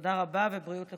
תודה רבה ובריאות לכולם.